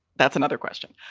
that's another question.